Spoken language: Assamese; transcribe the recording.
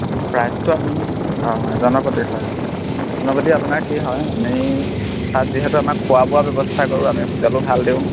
প্ৰাইচটো আপুনি অঁ জনেপতি হয় জনেপতি আপোনাৰ কি হয় আমি তাত যিহেতু আমাৰ খোৱা বোৱা ব্যৱস্থা কৰোঁ আমি হোটেলো ভাল দিওঁ